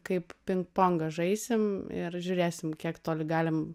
kaip pingpongą žaisim ir žiūrėsim kiek toli galim